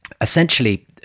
essentially